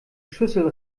schüssel